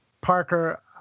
Parker